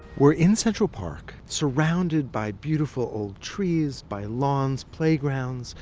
we're in central park surrounded by beautiful old trees, by lawns, playgrounds,